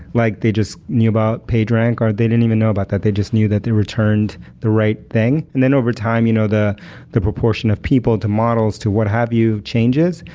like they just knew about pagerank, or they didn't even know about that. they just knew that they returned the right thing and then over time, you know the the proportion of people to models to what have you changes,